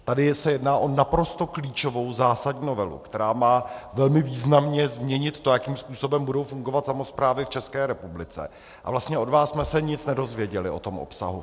Tady se jedná o naprosto klíčovou, zásadní novelu, která má velmi významně změnit to, jakým způsobem budou fungovat samosprávy v České republice, a vlastně jsme se od vás nic nedozvěděli o tom obsahu.